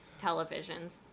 televisions